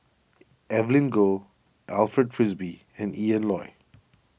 Evelyn Goh Alfred Frisby and Ian Loy